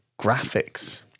graphics